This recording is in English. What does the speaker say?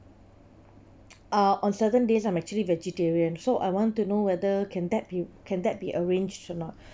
ah on certain days I'm actually vegetarian so I want to know whether can that be can that be arranged or not